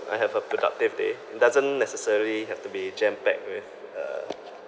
I have a productive day it doesn't necessarily have to be jam packed with uh